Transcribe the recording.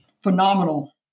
phenomenal